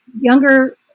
Younger